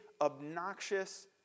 obnoxious